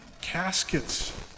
caskets